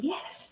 Yes